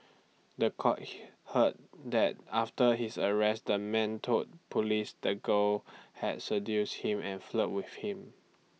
The Court heard that after his arrest the man told Police the girl had seduced him and flirted with him